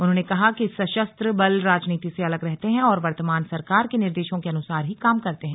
उन्होंने कहा कि सशस्त्र बल राजनीति से अलग रहते हैं और वर्तमान सरकार के निर्देशों के अनुसार ही काम करते हैं